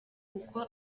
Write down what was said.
uko